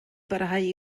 barhau